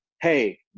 hey